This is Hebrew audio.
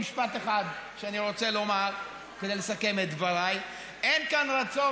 משפט אחד שאני רוצה לומר כדי לסכם את דבריי: אין כאן רצון,